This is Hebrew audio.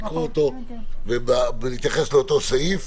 לקרוא אותו ולהתייחס לכל היבטיו.